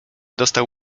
dostał